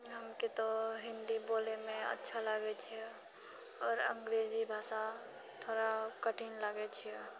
हमके तो हिन्दी बोलयमे अच्छा लागैत छै आओर अंग्रेजी भाषा थोड़ा कठिन लागैत छै